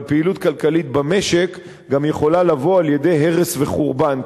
אבל פעילות כלכלית במשק גם יכולה לבוא על-ידי הרס וחורבן,